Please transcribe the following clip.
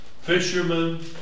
fishermen